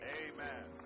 amen